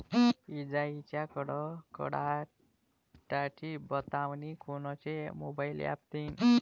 इजाइच्या कडकडाटाची बतावनी कोनचे मोबाईल ॲप देईन?